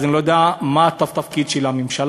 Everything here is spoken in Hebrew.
אז אני לא יודע מה התפקיד של הממשלה,